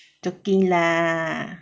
joking lah